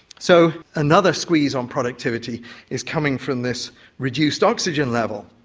so another squeeze on productivity is coming from this reduced oxygen level.